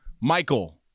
Michael